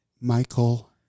Michael